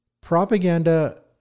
Propaganda